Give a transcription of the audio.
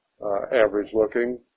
average-looking